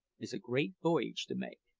is a great voyage to make.